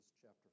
chapter